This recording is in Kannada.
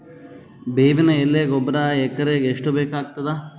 ಬೇವಿನ ಎಲೆ ಗೊಬರಾ ಎಕರೆಗ್ ಎಷ್ಟು ಬೇಕಗತಾದ?